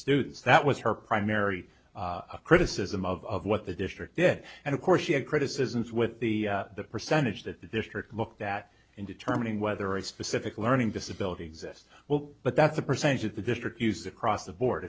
students that was her primary criticism of what the district did and of course she had criticisms with the percentage that the district looked at in determining whether a specific learning disability exists well but that's a percentage of the district used across the board